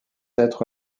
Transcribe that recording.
être